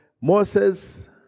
Moses